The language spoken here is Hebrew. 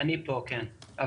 אני פה, כן.